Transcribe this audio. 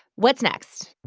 what's next?